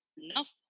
enough